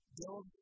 build